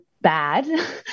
bad